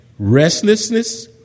Restlessness